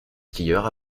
skieurs